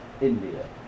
India